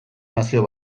nazio